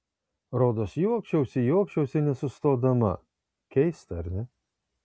rodos juokčiausi juokčiausi nesustodama keista ar ne